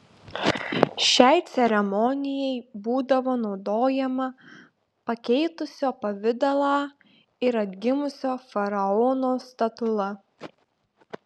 šiai ceremonijai būdavo naudojama pakeitusio pavidalą ir atgimusio faraono statula